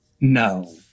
No